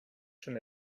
schon